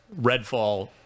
Redfall